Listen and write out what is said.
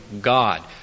God